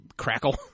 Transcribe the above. crackle